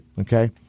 Okay